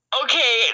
okay